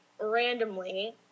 randomly